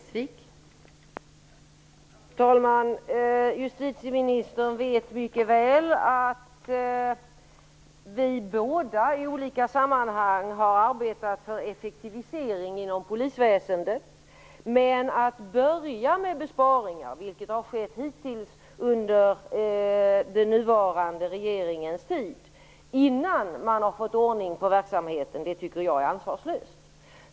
Fru talman! Justitieministern vet mycket väl att vi båda i olika sammanhang har arbetat för effektivisering inom polisväsendet. Men att börja med besparingar, vilket hittills har skett under den nuvarande regeringens tid, innan man har fått ordning på verksamheten, tycker jag är ansvarslöst.